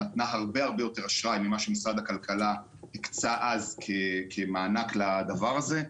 נתנה הרבה יותר אשראי ממה שמשרד הכלכלה הקצה אז כמענק לדבר הזה.